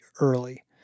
early